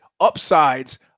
upsides